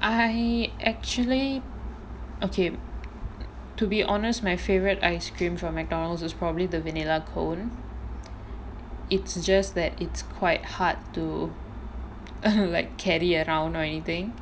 I actually okay to be honest my favourite ice cream from McDonald's is probably the vanilla cone it's just that it's quite hard to uh like carry around or anything